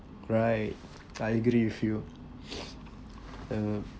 right I agree with you uh